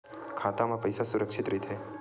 खाता मा पईसा सुरक्षित राइथे?